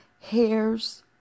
hairs